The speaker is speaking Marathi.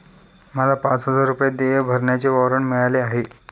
मला पाच हजार रुपये देय भरण्याचे वॉरंट मिळाले आहे